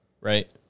right